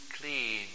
clean